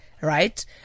Right